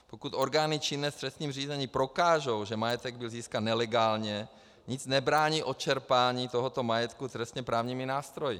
Pokud orgány činné v trestním řízení prokážou, že majetek byl získán nelegálně, nic nebrání odčerpání tohoto majetku trestněprávními nástroji.